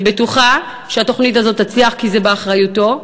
אני בטוחה שהתוכנית הזאת תצליח, כי היא באחריותו.